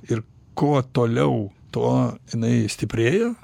ir kuo toliau tuo jinai stiprėja